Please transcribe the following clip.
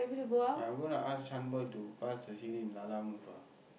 I'm gonna ask Shaan boy to pass the CD in lalamove ah